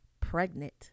pregnant